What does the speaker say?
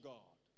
God